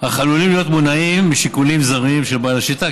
אך עלולים להיות מונעים משיקולים זרים של בעל השליטה,